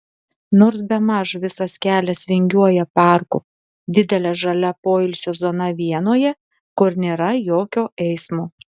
nors bemaž visas kelias vingiuoja parku didele žalia poilsio zona vienoje kur nėra jokio eismo